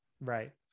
Right